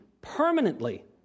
permanently